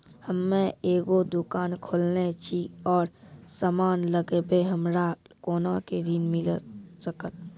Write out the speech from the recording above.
हम्मे एगो दुकान खोलने छी और समान लगैबै हमरा कोना के ऋण मिल सकत?